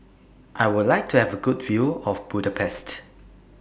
I Would like to Have A Good View of Budapest